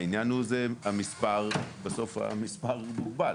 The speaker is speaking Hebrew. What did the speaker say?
העניין הוא שבסוף המספר מוגבל.